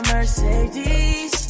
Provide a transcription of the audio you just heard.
Mercedes